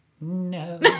No